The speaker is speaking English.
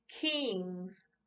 kings